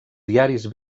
diaris